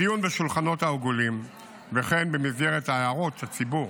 בדיון בשולחנות העגולים וכן במסגרת הערות הציבור